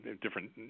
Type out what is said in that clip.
different